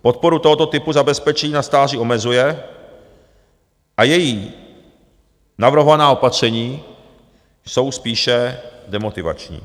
Podporu tohoto typu zabezpečení na stáří omezuje a její navrhovaná opatření jsou spíše demotivační.